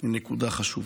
היא נקודה חשובה.